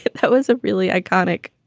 that that was a really iconic,